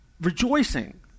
rejoicing